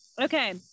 Okay